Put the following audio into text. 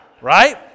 right